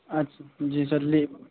اچھ جی سر جی